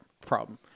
problem